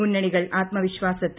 മുന്നണികൾ ആത്മവിശ്വാസത്തിൽ